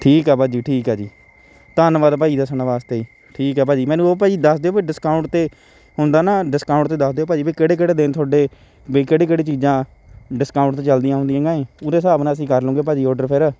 ਠੀਕ ਆ ਭਾਅ ਜੀ ਠੀਕ ਆ ਜੀ ਧੰਨਵਾਦ ਭਾਅ ਜੀ ਦੱਸਣ ਵਾਸਤੇ ਠੀਕ ਆ ਭਾਅ ਜੀ ਮੈਨੂੰ ਉਹ ਭਾਅ ਜੀ ਦੱਸ ਦਿਓ ਵੀ ਡਿਸਕਾਊਂਟ 'ਤੇ ਹੁੰਦਾ ਨਾ ਡਿਸਕਾਊਂਟ 'ਤੇ ਦੱਸ ਦਿਓ ਭਾਅ ਜੀ ਵੀ ਕਿਹੜੇ ਕਿਹੜੇ ਦਿਨ ਤੁਹਾਡੇ ਵੀ ਕਿਹੜੀਆਂ ਕਿਹੜੀਆਂ ਚੀਜ਼ਾਂ ਡਿਸਕਾਊਂਟ 'ਤੇ ਚੱਲਦੀਆਂ ਹੁੰਦੀਆਂ ਹੈਗੀਆਂ ਏ ਉਹਦੇ ਹਿਸਾਬ ਨਾਲ ਅਸੀਂ ਕਰਲੂਂਗੇ ਭਾਅ ਜੀ ਔਡਰ ਫਿਰ